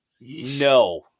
No